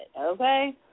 okay